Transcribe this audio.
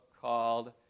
called